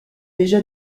déjà